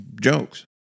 jokes